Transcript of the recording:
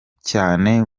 cyane